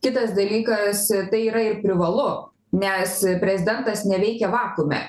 kitas dalykas tai yra ir privalu nes prezidentas neveikia vakuume